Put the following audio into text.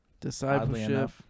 discipleship